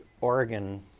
Oregon